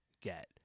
get